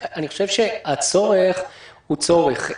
הצורך הוא צורך.